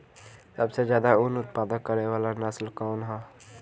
सबसे ज्यादा उन उत्पादन करे वाला नस्ल कवन ह?